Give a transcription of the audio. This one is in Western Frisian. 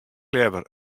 leaver